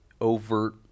overt